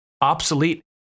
obsolete